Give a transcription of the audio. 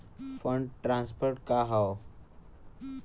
Fund transfer का हव?